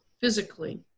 physically